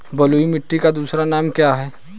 बलुई मिट्टी का दूसरा नाम क्या है?